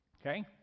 okay